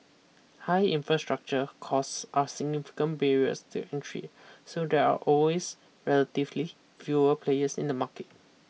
high infrastructure costs are significant barriers to entry so there are always relatively fewer players in the market